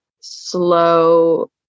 slow